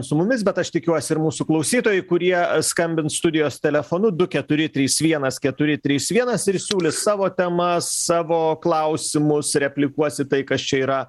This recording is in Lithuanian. su mumis bet aš tikiuosi ir mūsų klausytojai kurie skambins studijos telefonu du keturi trys vienas keturi trys vienas ir siūlys savo temas savo klausimus replikuos į tai kas čia yra